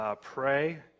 pray